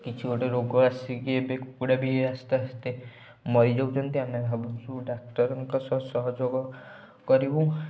କିଛି ଗୋଟେ ରୋଗ ଆସିକି ଏବେ କୁକୁଡ଼ା ବି ଆସ୍ତେ ଆସ୍ତେ ମରିଯାଉଛନ୍ତି ଆମେ ଭାବୁଛୁ ଡକ୍ଟରଙ୍କ ସହ ସହଯୋଗ କରିବୁ